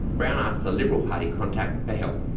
brown asked a liberal party contact for help.